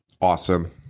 Awesome